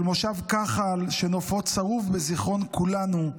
של מושב כחל, שנופו צרוב בזיכרון כולנו,